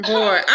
Boy